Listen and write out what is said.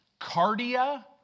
Cardia